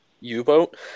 U-boat